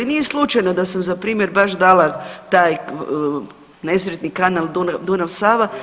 Nije slučajno da sam za primjer baš dala taj nesretni kanal Dunav – Sava.